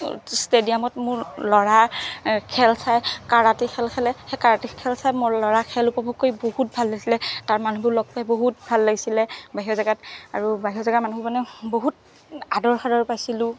ষ্টেডিয়ামত মোৰ ল'ৰাৰ খেল চাই কাৰাটে খেল খেলে সেই কাৰাটে খেল চাই মোৰ ল'ৰাৰ খেল উপভোগ কৰি বহুত ভাল হৈছিলে তাৰ মানুহবোৰ লগ পাই বহুত ভাল লাগিছিলে বাহিৰৰ জেগাত আৰু বাহিৰৰ জেগাৰ মানুহ মানে বহুত আদৰ সাদৰ পাইছিলো